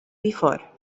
before